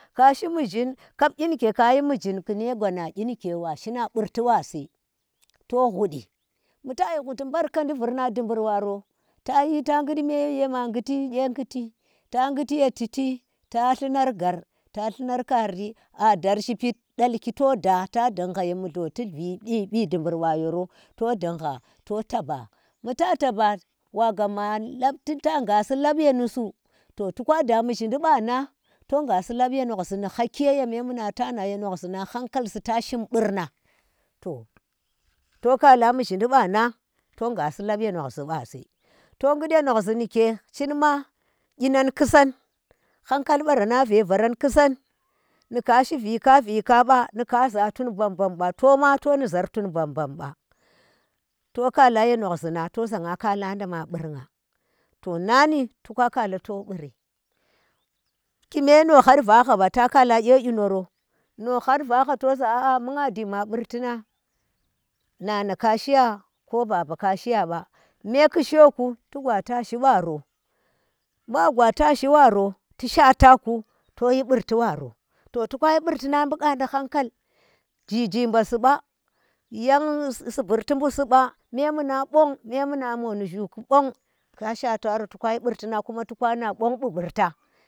Kashi muzhim kap kyi nike kyi mushin kime gwana kyi nike wa shi na burti wasi to hgudi. bu tayi hguti barkadi vurna ndumbur waro taji chiti ta ghu ma ghar ta lluar kaari a dar shipid dalalki to da ta dungha ye mulho tu lhi bi dubur ba yoro, to dunga to taba mu ta taba wa gama lab ta gama lab ye nusu to toka da muzhindi ba na, to ngasi lab ye noghzi ni haki ye me muna nang, noghzhnang hankal si ta shim burna, to kaba mu zhi banang, to shim burna, to kala mu zhindi banang, to ngasi lab ye nozhzhiba si. to ghut ye naghzhi nike chinma kyinan kusan han kal barama ve varam kusan nika shi vika vika ba, nika zatun bam bam ba, to ma toni zhar tuu bambam ba. to kaba ye noghzhta to za nga kala nda ma buri to main to ka kala to buri. ki me no har va hgaba ta kala kye kyi noro, no hgar vaha to za aa, bu nga ji ma burti nang, nana ka shiya ko baba ka shiya ba me kyi shiyoku, tu gwa tashi baro bu wa gwa tashi baro ti shaata ku, toyi burti waro to kayi burtinnang bu gwadi hankal, ji jimba si ba nyan siburti bu si ba memuna bong memuna moh nu zhu bong ka swataro to kayi burti nang kuna to ka na bong bu burtan.